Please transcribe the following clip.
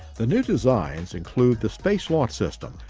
the new designs include the space launch system,